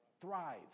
thrive